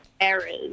errors